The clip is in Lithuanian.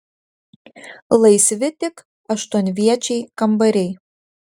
laisvi tik aštuonviečiai kambariai